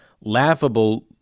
laughable